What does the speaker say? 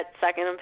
second